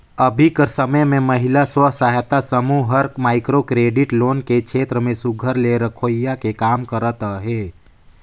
अभीं कर समे में महिला स्व सहायता समूह हर माइक्रो क्रेडिट लोन के छेत्र में सुग्घर ले रोखियाए के काम करत अहे